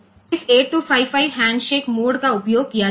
તેથી તેના માટે આ 8255 હેન્ડશેક મોડ નો ઉપયોગ કરી શકાય છે